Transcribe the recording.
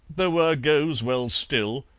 though er goes well still,